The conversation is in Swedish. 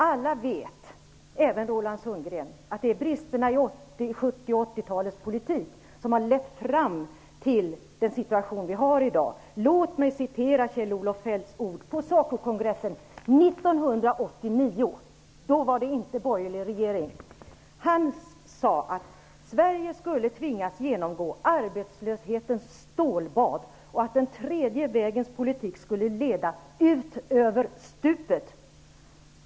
Alla vet, även Roland Sundgren, att det är bristerna i 70 och 80-talets politik som har lett fram till dagens situation. Låt mig citera Kjell-Olof Feldts ord på SACO kongressen 1989 -- då var det inte borgerlig regering. Han sade att Sverige skulle tvingas genomgå arbetslöshetens stålbad och att den tredje vägens politik skulle leda ut över stupet.